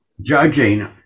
judging